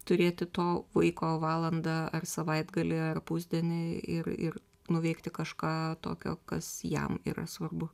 turėti to vaiko valandą ar savaitgalį ar pusdienį ir ir nuveikti kažką tokio kas jam yra svarbu